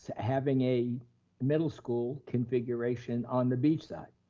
having a middle school configuration on the beach side.